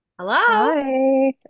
Hello